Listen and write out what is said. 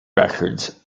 records